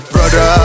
Brother